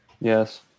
Yes